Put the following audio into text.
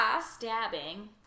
stabbing